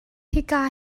hika